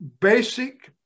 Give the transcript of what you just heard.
Basic